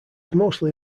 mostly